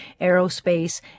aerospace